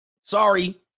Sorry